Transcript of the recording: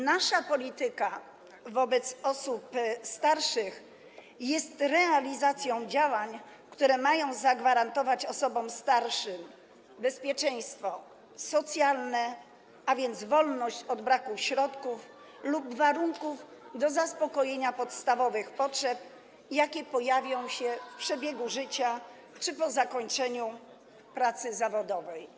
Nasza polityka wobec osób starszych jest realizacją działań, które mają zagwarantować osobom starszym bezpieczeństwo socjalne, a więc wolność od braku środków lub warunków do zaspokojenia podstawowych potrzeb, jakie pojawią się w przebiegu życia czy po zakończeniu pracy zawodowej.